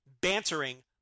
bantering